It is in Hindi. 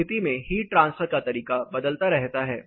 उस स्थिति में हीट ट्रांसफर का तरीका बदलता रहता है